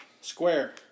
Square